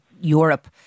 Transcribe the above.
Europe